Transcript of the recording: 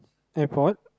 airport